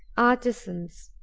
artisans.